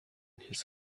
his